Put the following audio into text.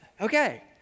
Okay